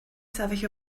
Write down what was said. sefyll